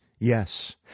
Yes